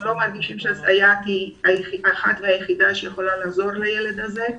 לא מרגישים שהסייעת היא האחת והיחידה שיכולה לעזור לילד הזה.